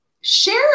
share